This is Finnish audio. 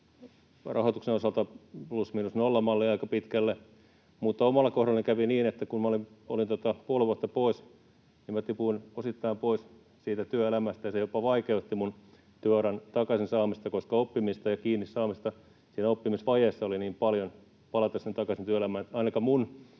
Rahoituksen osalta se oli plus miinus nolla ‑malli aika pitkälle, mutta omalla kohdallani kävi niin, että kun olin puoli vuotta pois, niin tipuin osittain pois siitä työelämästä. Se jopa vaikeutti minun työuran takaisin saamista, koska oppimista ja kiinni saamista siinä oppimisvajeessa oli niin paljon palatessani takaisin sinne työelämään.